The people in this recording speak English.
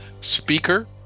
speaker